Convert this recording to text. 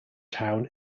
town